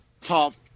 tough